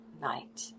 night